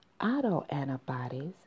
autoantibodies